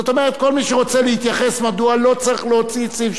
כל מי שרוצה להתייחס מדוע לא צריך להוציא את סעיף 2,